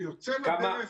זה יוצא לדרך.